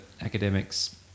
academics